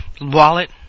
wallet